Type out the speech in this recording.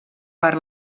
per